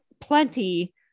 plenty